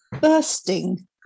Bursting